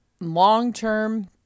long-term